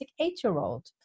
eight-year-old